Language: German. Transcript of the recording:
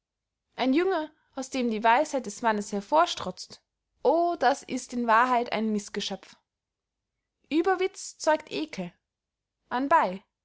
ein junge aus dem die weisheit des mannes hervorstrotzt o das ist in wahrheit ein mißgeschöpf ueberwitz zeugt ekel anbey